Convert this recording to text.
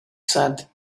said